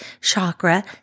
Chakra